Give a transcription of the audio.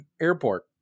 airport